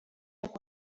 ako